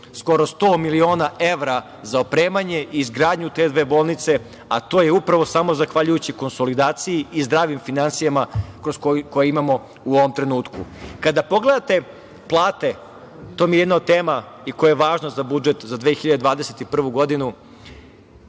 skoro sto miliona evra za opremanje i izgradnju te dve bolnice, a to je upravo samo zahvaljujući konsolidaciji i zdravim finansijama koje imamo u ovom trenutku. Kada pogledate plate, to mi je jedna od tema koja je važna za budžet za 2021. godinu,